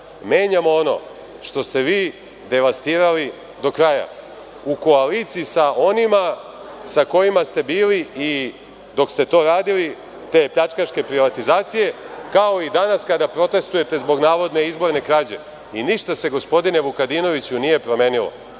menjamo ono što ste vi devastirali do kraja, u koaliciji sa onima sa kojima ste bili dok ste to radili, te pljačkaške privatizacije, kao i danas kada protestvujete zbog navodne izborne krađe. I ništa se, gospodine Vukadinoviću, nije promenilo